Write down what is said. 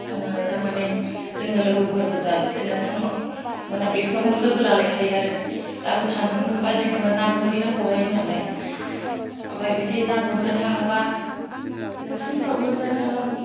आङो थारमाने जोङो लोगोफोर गोजा बिदिनो फुंआव मोनाबिलिफ्रावनो लोगो लालायखायो आरो गाबोन सानदुं दुंबा जेनेबा ना गुरहैनांगौहाय होन्नानै ओमफाय बिदि ना गुरनो थाङोबा फुंफ्रावनो बिदिनो